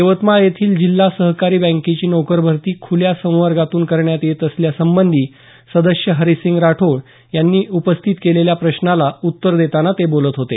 यवतमाळ येथील जिल्हा सहकारी बँकेची नोकर भरती खुल्या संवर्गातून करण्यात येत असल्यासंबधी सदस्य हरिसिंग राठोड यांनी उपस्थित केलेल्या प्रश्नाला उत्तर देतांना ते बोलत होते